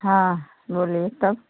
हाँ बोलिए कब